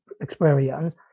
experience